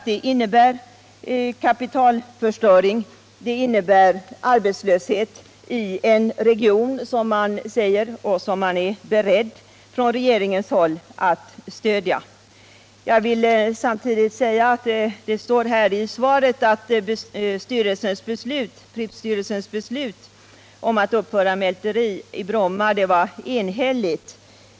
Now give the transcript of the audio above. Det innebär kapitalförstöring och arbetslöshet i en region som regeringen sagt sig vara beredd att stödja. Statsrådet sade i svaret att Pripps-styrelsens beslut att uppföra ett mälteri i Bromma var enhälligt.